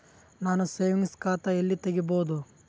ನಾನು ಸೇವಿಂಗ್ಸ್ ಖಾತಾ ಎಲ್ಲಿ ತಗಿಬೋದು?